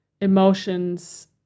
emotions